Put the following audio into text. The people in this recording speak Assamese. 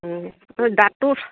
অঁ নহয় দাঁতটো